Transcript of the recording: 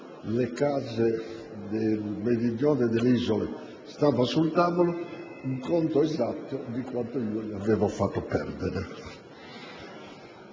le case del Meridione e delle Isole stava sul tavolo, il conto esatto di quanto io le avevo fatto perdere.